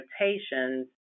rotations